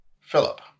Philip